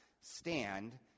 stand